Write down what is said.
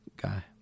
guy